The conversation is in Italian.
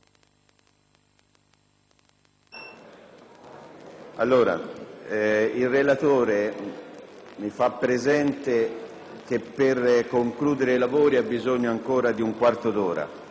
ripresa. Il relatore mi fa presente che per concludere i lavori ha bisogno ancora di un quarto d'ora.